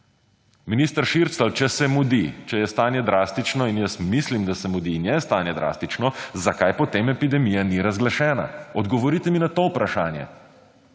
Minister Šircelj, če se mudi, če je stanje drastično, in jaz mislim, da se mudi in je stanje drastično, zakaj potem epidemija ni razglašena? Odgovorite mi na to vprašanje,